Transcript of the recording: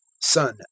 son